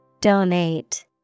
Donate